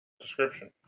description